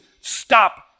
stop